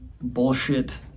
bullshit